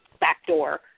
backdoor